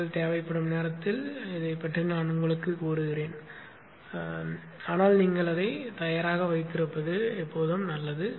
அவர்கள் தேவைப்படும் நேரத்தில் இதைப் பற்றி நான் உங்களுக்குச் சொல்வேன் ஆனால் நீங்கள் அதைத் தயாராக வைத்திருப்பது நல்லது